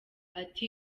ati